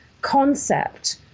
concept